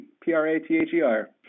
P-R-A-T-H-E-R